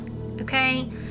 okay